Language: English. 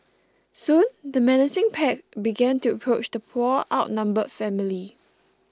soon the menacing pack began to approach the poor outnumbered family